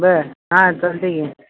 बरं हां चालतं आहे की